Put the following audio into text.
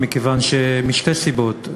משתי סיבות.